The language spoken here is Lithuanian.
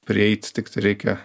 prieit tik tai reikia